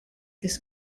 this